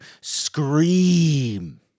scream